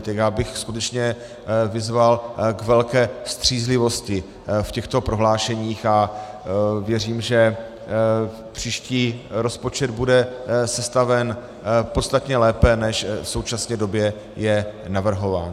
Takže já bych skutečně vyzval k velké střízlivosti v těchto prohlášeních a věřím, že příští rozpočet bude sestaven podstatně lépe, než v současné době je navrhován.